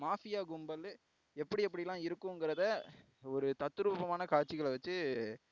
mafia கும்பல் எப்படி எப்படியெல்லாம் இருக்குங்கிறத ஒரு தத்ரூபமான காட்சிகள வச்சு